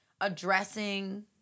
addressing